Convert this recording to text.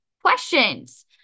questions